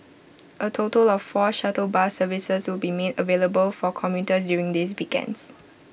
A total of four shuttle bus services will be made available for commuters during these weekends